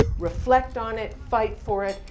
reflect on it, fight for it,